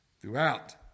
throughout